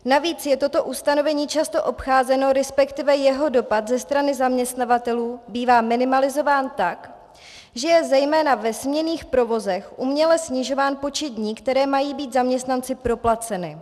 Navíc je toto ustanovení často obcházeno, respektive jeho dopad ze strany zaměstnavatelů bývá minimalizován tak, že je zejména ve směnných provozech uměle snižován počet dní, které mají být zaměstnanci proplaceny.